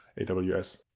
aws